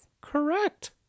Correct